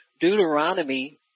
Deuteronomy